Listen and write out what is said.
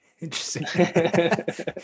interesting